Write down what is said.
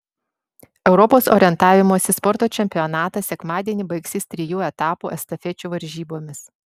europos orientavimosi sporto čempionatas sekmadienį baigsis trijų etapų estafečių varžybomis